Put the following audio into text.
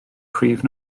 prif